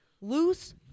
Loose